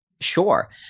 Sure